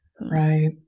Right